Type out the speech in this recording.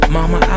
Mama